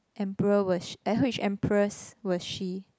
emperor was sh~ which empress was she